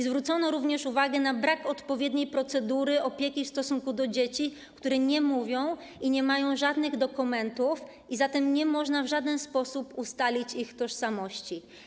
Zwrócono również uwagę na brak odpowiedniej procedury, jeśli chodzi o opiekę na dziećmi, które nie mówią i nie mają żadnych dokumentów, zatem nie można w żaden sposób ustalić ich tożsamości.